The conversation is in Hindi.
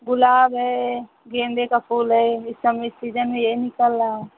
गुलाब है गेंदे का फूल है इस समय सीजन में यही निकल रहा है